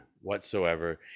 whatsoever